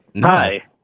Hi